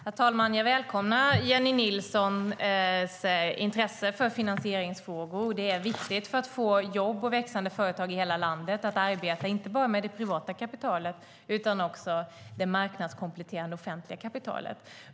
Herr talman! Jag välkomnar Jennie Nilssons intresse för finansieringsfrågor. Det är viktigt för att få jobb och växande företag i hela landet att arbeta inte bara med det privata kapitalet utan också det marknadskompletterande offentliga kapitalet.